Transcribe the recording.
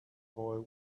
boy